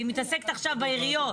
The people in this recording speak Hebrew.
היא מתעסקת עכשיו בעיריות.